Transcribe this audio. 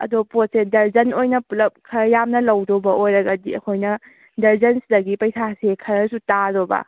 ꯑꯗꯣ ꯄꯣꯠꯁꯦ ꯗꯔꯖꯟ ꯑꯣꯏꯅ ꯄꯨꯂꯞ ꯈꯔ ꯌꯥꯝꯅ ꯂꯧꯗꯧꯕ ꯑꯣꯏꯔꯒꯗꯤ ꯑꯩꯈꯣꯏꯅ ꯗꯔꯖꯟꯁꯤꯗꯒꯤ ꯄꯩꯁꯥꯁꯤ ꯈꯔꯁꯨ ꯇꯥꯗꯧꯕ